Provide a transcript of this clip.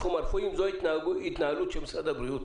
זו ההתנהלות של משרד הבריאות.